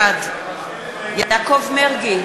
בעד יעקב מרגי,